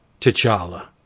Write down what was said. T'Challa